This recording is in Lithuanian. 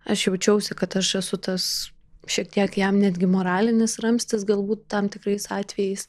aš jaučiausi kad aš esu tas šiek tiek jam netgi moralinis ramstis galbūt tam tikrais atvejais